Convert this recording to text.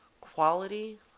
quality